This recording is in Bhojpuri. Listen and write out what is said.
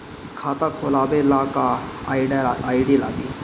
खाता खोलाबे ला का का आइडी लागी?